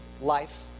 life